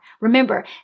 Remember